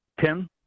Tim